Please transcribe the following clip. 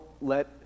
let